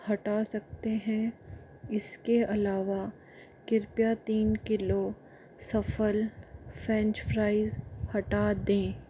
हटा सकते हैं इसके अलावा कृपया तीन किलो सफल फ्रेंच फ्राइज हटा दें